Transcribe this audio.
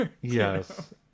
Yes